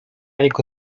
niego